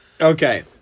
Okay